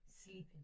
sleeping